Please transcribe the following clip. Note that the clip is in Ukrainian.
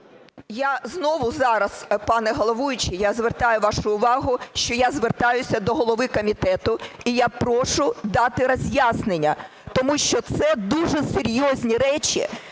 Я знову зараз, пане головуючий, я звертаю вашу увагу, що я звертаюся до голови комітету і я прошу дати роз'яснення, тому що це дуже серйозні речі,